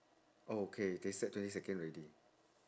oh k they set twenty second already